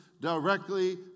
directly